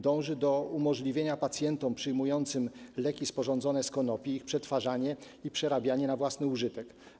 Dąży do umożliwienia pacjentom przyjmującym leki sporządzone z konopi ich przetwarzania i przerabiania na własny użytek.